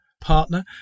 partner